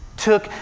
took